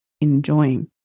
enjoying